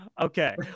okay